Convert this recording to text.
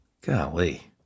Golly